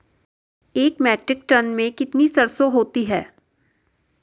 एक metric tonne में कितनी सरसों होती है?